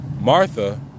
Martha